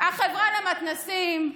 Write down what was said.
החברה למתנ"סים,